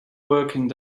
working